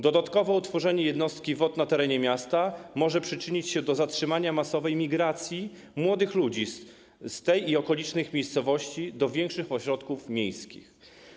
Dodatkowo utworzenie jednostki WOT na terenie miasta może przyczynić się do zatrzymania masowej migracji młodych ludzi z tej i z okolicznych miejscowości do większych ośrodków miejskich.